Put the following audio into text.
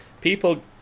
people